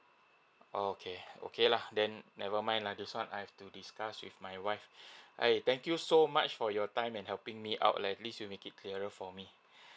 okay okay lah then never mind lah this one I've to discuss with my wife okay thank you so much for your time in helping me out lah at least you make it clear for me